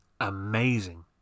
amazing